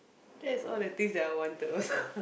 that's all the things that I wanted also